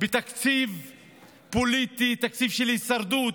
בתקציב פוליטי, תקציב של הישרדות,